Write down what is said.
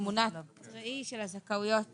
תמונת הראי של הזכאויות